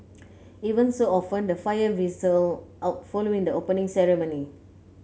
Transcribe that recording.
ever so often the fire fizzles out following the Opening Ceremony